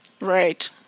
right